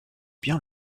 bien